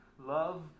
Love